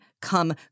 come